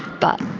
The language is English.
but,